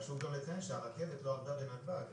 חשוב גם לציין שהרכבת לא עבדה בנתב"ג,